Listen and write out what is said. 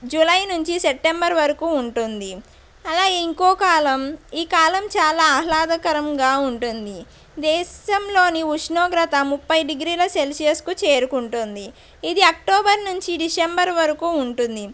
July నుంచి September వరకు ఉంటుంది అలా ఇంకోక కాలం ఈ కాలం చాలా ఆహ్లాదకరంగా ఉంటుంది దేశంలోని ఉష్ణోగ్రత ముప్పై డిగ్రీల సెల్సియస్కు చేరుకుంటుంది ఇది అక్టోబరు నుంచి డిసెంబరు వరకు ఉంటుంది